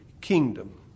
kingdom